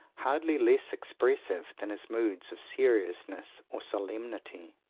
hardly less expressive than his moods of seriousness or solemnity,